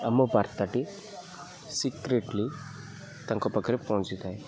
ଆମ ବାର୍ତ୍ତାଟି ସିକ୍ରେଟଲି ତାଙ୍କ ପାଖରେ ପହଞ୍ଚିଥାଏ